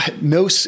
no